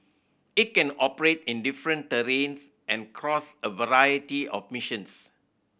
it can operate in different terrains and across a variety of missions